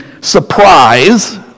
surprise